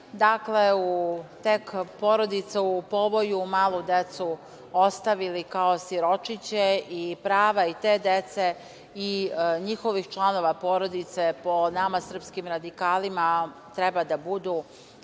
njih su porodice u povoju, malu decu ostavili kao siročiće i prava i te dece i njihovih članova porodice, po nama, srpskim radikalima treba da budu